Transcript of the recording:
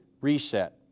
Reset